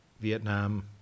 Vietnam